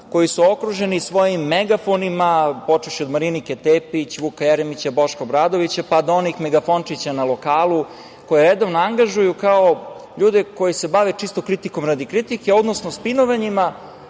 koji su okruženi svojim megafonima, počevši od Marinike Tepić, Vuka Jeremića, Boša Obradovića, pa do onih megafončića na lokalu koje redovno angažuju kao ljude koji se bave čisto kritikom radi kritike, odnosno spinovanjima,